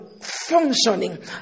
functioning